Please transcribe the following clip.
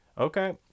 okay